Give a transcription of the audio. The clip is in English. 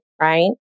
right